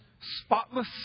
spotless